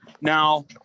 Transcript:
Now